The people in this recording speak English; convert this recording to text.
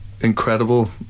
Incredible